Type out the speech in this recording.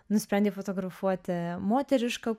nusprendei fotografuoti moterišką